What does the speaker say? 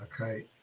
Okay